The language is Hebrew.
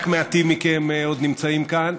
רק מעטים מכם עוד נמצאים כאן.